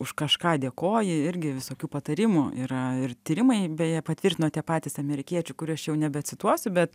už kažką dėkoji irgi visokių patarimų yra ir tyrimai beje patvirtinote patys amerikiečių kur aš jau nebecituosiu bet